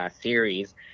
series